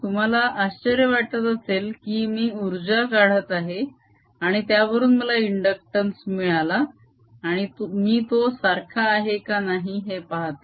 तुम्हाला आश्चर्य वाटत असेल की मी उर्जा काढत होतो आणि तुवरून मला इंडक्टंस मिळाला आणि मी तो सारखा आहे का नाही हे पाहतो